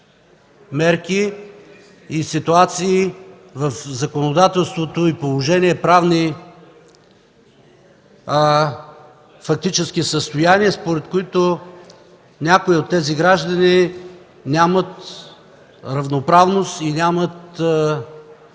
мерки и ситуации в законодателството и правни положения, фактически състояния, според които някои от тези граждани нямат равноправност и